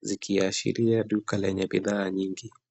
zikiashiria duka lenye bidhaa nyingi.